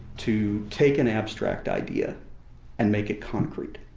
to take an abstract idea and make it concrete,